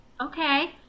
okay